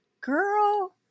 girl